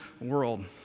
world